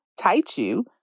Taichu